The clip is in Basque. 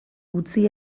utzi